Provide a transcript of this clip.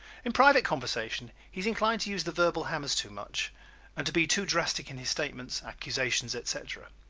in private conversation he is inclined to use the verbal hammers too much and to be too drastic in his statements, accusations, etc.